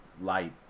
light